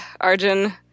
Arjun